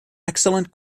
excellent